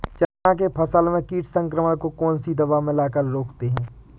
चना के फसल में कीट संक्रमण को कौन सी दवा मिला कर रोकते हैं?